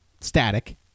static